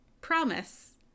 Promise